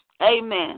Amen